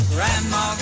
Grandma